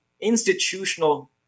institutional